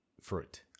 fruit